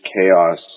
chaos